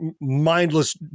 mindless